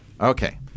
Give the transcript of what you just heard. Okay